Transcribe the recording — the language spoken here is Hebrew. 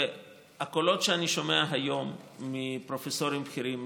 והקולות שאני שומע היום מפרופסורים בכירים,